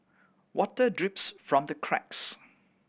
water drips from the cracks